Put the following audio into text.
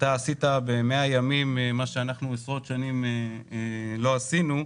שאתה עשית במאה ימים מה שאנחנו עשרות שנים לא עשינו.